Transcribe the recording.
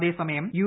അതേസ്മയം U